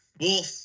Wolf